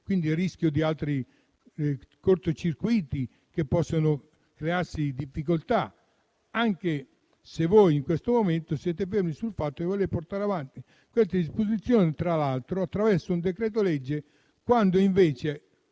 quindi c'è il rischio di altri cortocircuiti che possono creare difficoltà, anche se voi in questo momento siete fermi sul fatto di voler portare avanti queste disposizioni, tra l'altro attraverso un decreto-legge, quando invece